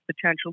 potential